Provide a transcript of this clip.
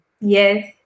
Yes